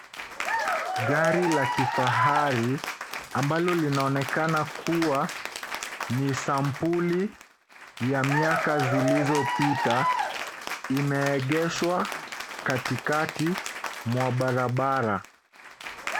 Gari la kifahari ambalo linaonekana kuwa ni sampuli ya miaka zilizo pita imeegeshwa katikati mwa barabara.